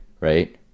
right